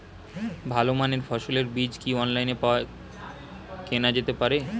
ভালো মানের ফসলের বীজ কি অনলাইনে পাওয়া কেনা যেতে পারে?